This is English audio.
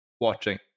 watching